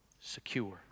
secure